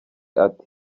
ati